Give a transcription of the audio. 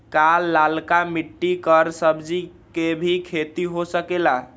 का लालका मिट्टी कर सब्जी के भी खेती हो सकेला?